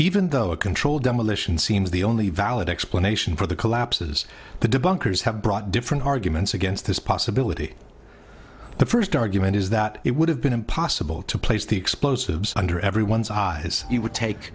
even though a controlled demolition seems the only valid explanation for the collapses the debunkers have brought different arguments against this possibility the first argument is that it would have been impossible to place the explosives under everyone's eyes it would take